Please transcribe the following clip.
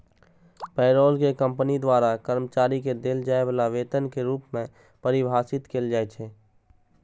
payroll कें company द्वारा कर्मचारी कें देल जाय बला वेतन के रूप मे परिभाषित कैल जाइ छै